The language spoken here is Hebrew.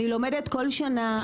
אני לומדת כל שנה, אני עוקבת אחרי זה.